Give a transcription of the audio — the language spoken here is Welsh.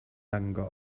dangos